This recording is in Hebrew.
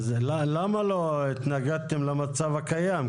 אז למה לא התנגדתם למצב הקיים?